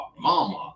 Mama